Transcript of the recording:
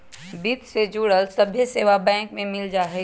वित्त से जुड़ल सभ्भे सेवा बैंक में मिल जाई छई